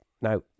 now